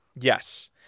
Yes